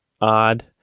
odd